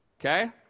Okay